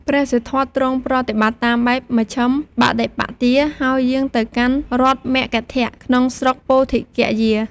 ព្រះសិទ្ធត្ថទ្រង់ប្រតិបត្តិតាមបែបមជ្ឈិមបដិបទា ហើយយាងទៅកាន់រដ្ឋមគធ ក្នុងស្រុកពោធិគយា។